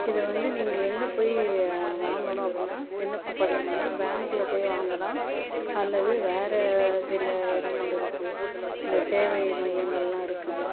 இதை வந்த நீங்கள் எங்கே போய் வாங்கணும் அப்படின்னா விண்ணப்பப் படிவம் வந்து பேங்க்கில் போய் வாங்கலாம் அல்லது வேறு சில இடங்கள் இருக்குது இந்த சேவை மையங்கள்லாம் இருக்குது